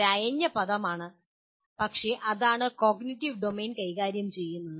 ഇത് ഒരു അയഞ്ഞ പദമാണ് പക്ഷേ അതാണ് കോഗ്നിറ്റീവ് ഡൊമെയ്ൻ കൈകാര്യം ചെയ്യുന്നത്